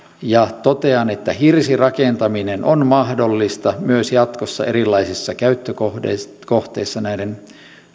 ja totean että hirsirakentaminen on mahdollista myös jatkossa erilaisissa käyttökohteissa näiden